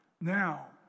Now